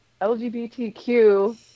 LGBTQ